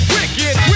Wicked